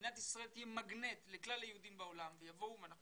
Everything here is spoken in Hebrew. שמדינת ישראל תהיה מגנט לכלל היהודים בעולם ואנחנו